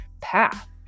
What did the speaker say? path